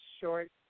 short